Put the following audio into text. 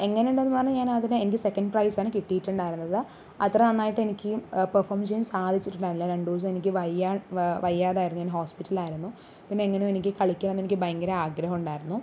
എങ്ങനെയുണ്ടെന്ന് പറഞ്ഞാൽ ഞാൻ അതിനെ എനിക്ക് സെക്കൻഡ് പ്രൈസ് ആണ് കിട്ടിയിട്ടുണ്ടായിരുന്നത് അത്ര നന്നായിട്ട് എനിക്ക് പെർഫോം ചെയ്യാൻ സാധിച്ചിട്ടിണ്ടായിരുന്നില്ല രണ്ടു ദിവസം എനിക്ക് വയ്യ വയ്യാതായിരുന്നു ഞാൻ ഹോസ്പിറ്റലായിരുന്നു പിന്നെ എങ്ങനെയോ എനിക്ക് കളിക്കണമെന്ന് എനിക്ക് ഭയങ്കര ആഗ്രഹം ഉണ്ടായിരുന്നു